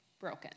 broken